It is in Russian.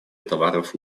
товаров